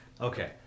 Okay